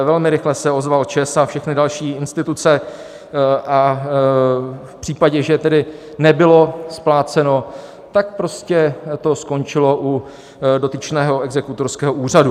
Velmi rychle se ozval ČEZ a všechny další instituce a v případě, že tedy nebylo spláceno, tak to prostě skončilo u dotyčného exekutorského úřadu.